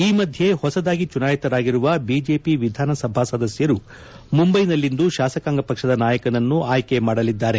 ಈ ಮಧ್ಯೆ ಹೊಸದಾಗಿ ಚುನಾಯಿತರಾಗಿರುವ ಬಿಜೆಪಿ ವಿಧಾನಸಭಾ ಸದಸ್ಯರು ಮುಂಬೈನಲ್ಲಿಂದು ಶಾಸಕಾಂಗ ಪಕ್ಷದ ನಾಯಕನನ್ನು ಆಯ್ಕೆ ಮಾಡಲಿದ್ದಾರೆ